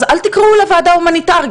אז אל תקראו לה ועדה הומניטארית,